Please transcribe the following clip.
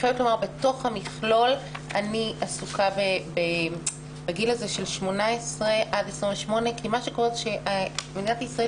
בתוך המכלול אני עסוקה בגילאי 18 עד 28. מדינת ישראל